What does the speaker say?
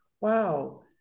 wow